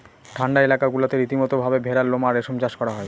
ঠান্ডা এলাকা গুলাতে রীতিমতো ভাবে ভেড়ার লোম আর রেশম চাষ করা হয়